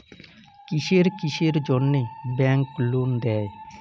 কিসের কিসের জন্যে ব্যাংক লোন দেয়?